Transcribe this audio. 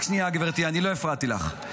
רק שנייה, גברתי, אני לא הפרעתי לך.